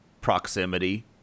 proximity